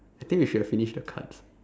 I think we should have finished the cards